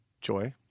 Joy